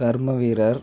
கர்மவீரர்